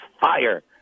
fire